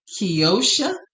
Kiosha